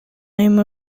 name